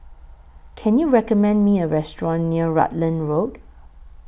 Can YOU recommend Me A Restaurant near Rutland Road